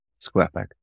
SquarePeg